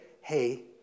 hey